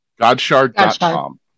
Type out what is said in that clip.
Godshard.com